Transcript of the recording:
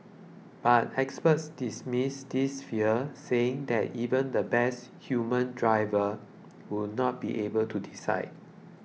but experts dismiss this fear saying that even the best human driver would not be able to decide